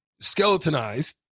Skeletonized